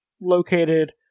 located